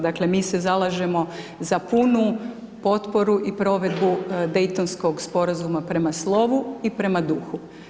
Dakle, mi se zalažemo za punu potporu i provedbu Dejtonskog sporazumu prema slovu i prema duhu.